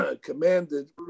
commanded